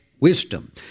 wisdom